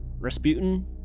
Resputin